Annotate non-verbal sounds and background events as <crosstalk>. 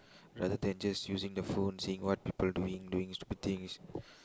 <breath> rather than just using the phone seeing what people doing doing stupid things